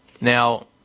Now